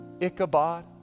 Ichabod